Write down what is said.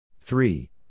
Three